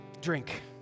drink